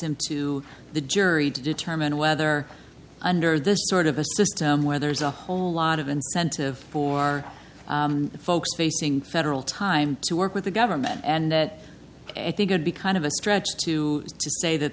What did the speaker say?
him to the jury to determine whether under this sort of a system where there's a whole lot of incentive for folks facing federal time to work with the government and i think you'd be kind of a stretch to say that